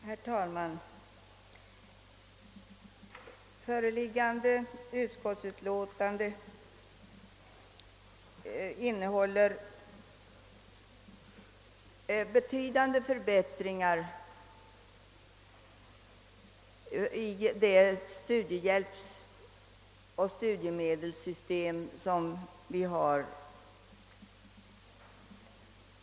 Herr talman! Föreliggande utskottsutlåtande innehåller förslag till betydande förbättringar i det studiemedelsoch studiehjälpssystem som vi har i dag.